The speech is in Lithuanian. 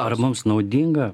ar mums naudinga